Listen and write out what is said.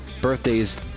birthdays